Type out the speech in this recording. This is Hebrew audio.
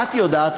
את יודעת,